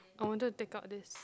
I wanted take out this